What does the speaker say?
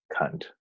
cunt